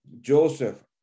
Joseph